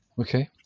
Okay